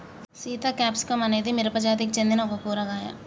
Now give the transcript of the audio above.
Sita capsicum అనేది మిరపజాతికి సెందిన ఒక కూరగాయ